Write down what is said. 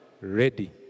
Ready